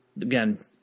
again